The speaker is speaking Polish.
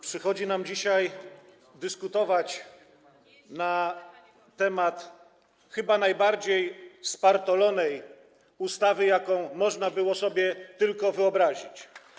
Przychodzi nam dzisiaj dyskutować na temat chyba najbardziej spartolonej ustawy, jaką tylko można było sobie wyobrazić.